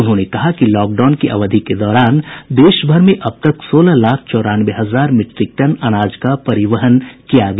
उन्होंने कहा कि लॉकडाउन की अवधि के दौरान देशभर में अब तक सोलह लाख चौरानवे हजार मीट्रिक टन अनाज का परिवहन किया गया